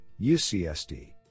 UCSD